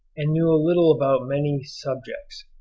and knew a little about many subjects.